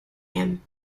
him